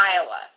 Iowa